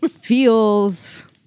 feels